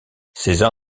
césar